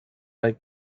bei